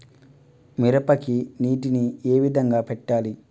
మిరపకి నీటిని ఏ విధంగా పెట్టాలి?